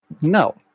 No